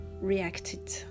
reacted